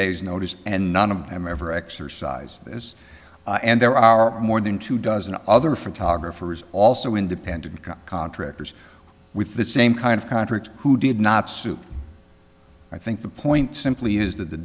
days notice and none of them ever exercise this and there are more than two dozen other photographers also independent contractors with the same kind of contract who did not suit i think the point simply is that the